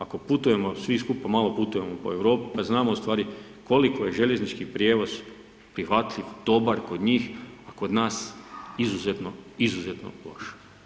Ako putujemo svi skupa, malo putujemo po Europi pa znamo u stvari, koliko je željeznički prijevoz prihvatljiv, dobar kod njih, a kod nas izuzetno, izuzetno loš.